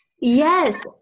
yes